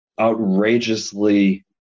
outrageously